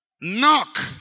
Knock